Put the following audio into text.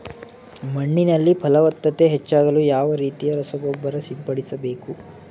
ಮಣ್ಣಿನಲ್ಲಿ ಫಲವತ್ತತೆ ಹೆಚ್ಚಾಗಲು ಯಾವ ರೀತಿಯ ರಸಗೊಬ್ಬರ ಸಿಂಪಡಿಸಬೇಕು?